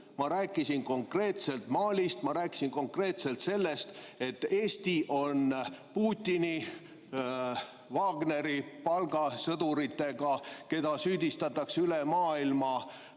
Ma rääkisin konkreetselt Malist. Ma rääkisin konkreetselt sellest, et Eesti on Putini Wagneri palgasõduritega, keda süüdistatakse üle maailma